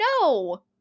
No